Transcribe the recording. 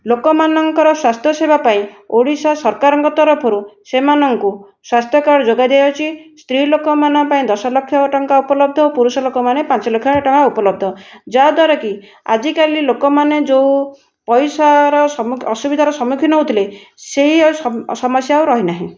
ଲୋକମାନଙ୍କର ସ୍ୱାସ୍ଥ୍ୟ ସେବା ପାଇଁ ଓଡ଼ିଶା ସରକାରଙ୍କ ତରଫରୁ ସେମାନଙ୍କୁ ସ୍ୱାସ୍ଥ୍ୟ କାର୍ଡ଼୍ ଯୋଗାଇ ଦିଆଯାଉଛି ସ୍ତ୍ରୀଲୋକମାନଙ୍କ ପାଇଁ ଦଶଲକ୍ଷ ଟଙ୍କା ଉପଲବ୍ଧ ଓ ପୁରୁଷ ଲୋକମାନେ ପାଞ୍ଚଲକ୍ଷ ଟଙ୍କା ଉପଲବ୍ଧ ଯାହାଦ୍ୱାରା କି ଆଜିକାଲି ଲୋକମାନେ ଯେଉଁ ପଇସାର ଅସୁବିଧାର ସମ୍ମୁଖୀନ ହେଉଥିଲେ ସେଇ ସମସ୍ୟା ଆଉ ରହିନାହିଁ